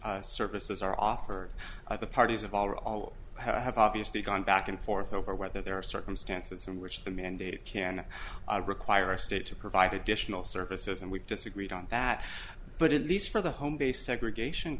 which services are offered by the parties of all or all have obviously gone back and forth over whether there are circumstances in which the mandate can require state to provide additional services and we've disagreed on that but at least for the home based segregation